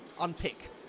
unpick